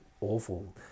awful